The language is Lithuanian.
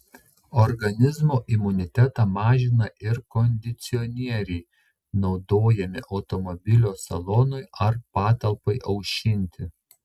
organizmo imunitetą mažina ir kondicionieriai naudojami automobilio salonui ar patalpai aušinti